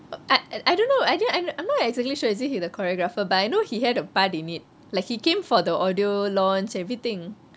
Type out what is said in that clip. I uh I don't know I I'm not exactly sure is it he the choreographer but I know he had a part in it like he came for the audio launch everything